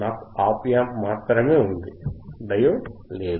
నాకు op amp మాత్రమే ఉంది డయోడ్ లేదు